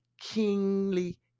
kingly